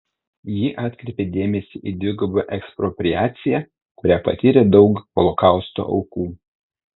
ji atkreipė dėmesį į dvigubą ekspropriaciją kurią patyrė daug holokausto aukų